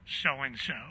so-and-so